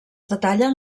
detallen